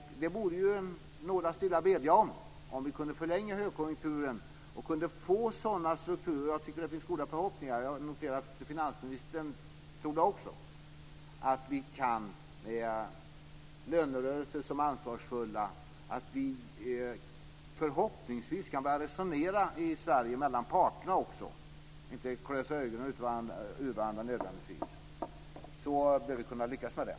Det vore en nåd att stilla bedja om, om vi kunde förlänga högkonjunkturen och om vi kunde få sådana strukturer - jag tror att förhoppningarna är goda och jag noterade att också finansministern trodde det - att vi med ansvarsfulla lönerörelser kan börja resonera också mellan parterna, och inte nödvändigtvis klösa ögonen ur varandra. Då bör vi kunna lyckas med det.